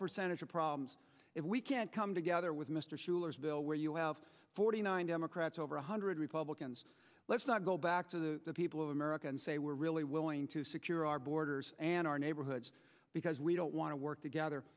percentage of problems if we can't come together with mr schuler's bill where you have forty nine democrats over one hundred republicans let's not go back to the people of america and say we're really willing to secure our borders and our neighborhoods because we don't want to work together